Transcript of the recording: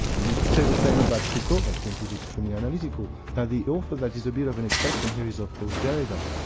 and you could say the same about foucault i think, he's extremely analytical, and the author that is a bit of an exception here is of course derrida,